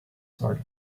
sort